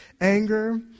anger